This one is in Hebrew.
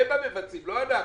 הם המבצעים, לא אנחנו.